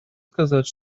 сказать